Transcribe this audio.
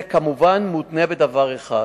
זה כמובן מותנה בדבר אחד: